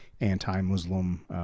anti-Muslim